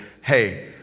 Hey